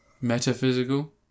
Metaphysical